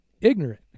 ignorant